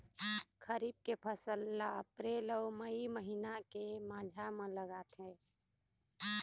खरीफ के फसल ला अप्रैल अऊ मई महीना के माझा म लगाथे